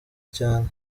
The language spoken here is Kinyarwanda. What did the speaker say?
cyane